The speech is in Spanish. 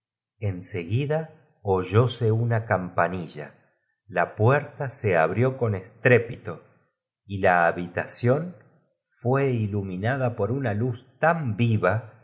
seguida oyóse una campanilla la puerta se abtió con estrépito y la habita un buen caballo alazán estaría muy bien ción fué iluminada por una luz tan viva en